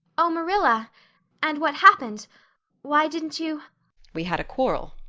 oh, marilla and what happened why didn't you we had a quarrel.